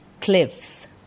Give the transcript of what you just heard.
cliffs